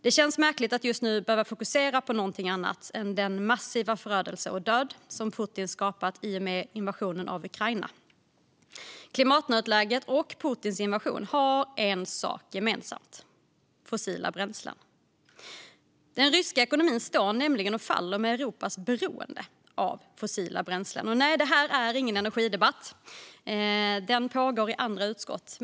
Det känns märkligt att just nu behöva fokusera på något annat än den massiva förödelse och död som Putin har skapat i och med invasionen av Ukraina. Klimatnödläget och Putins invasion har dock en sak gemensamt: fossila bränslen. Den ryska ekonomin står nämligen och faller med Europas beroende av fossila bränslen. Nej, det här är ingen energidebatt. Den pågår i andra utskott.